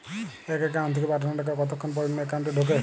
এক একাউন্ট থেকে পাঠানো টাকা কতক্ষন পর অন্য একাউন্টে ঢোকে?